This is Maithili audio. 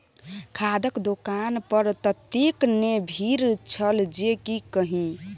खादक दोकान पर ततेक ने भीड़ छल जे की कही